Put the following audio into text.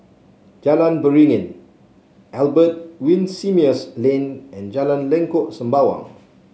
Jalan Beringin Albert Winsemius Lane and Jalan Lengkok Sembawang